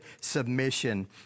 submission